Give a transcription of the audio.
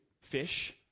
fish